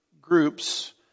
groups